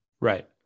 Right